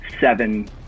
seven